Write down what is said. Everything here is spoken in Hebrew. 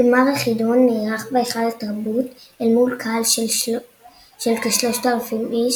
גמר החידון נערך בהיכל התרבות אל מול קהל של כ-3000 איש,